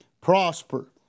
prosper